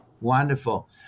Wonderful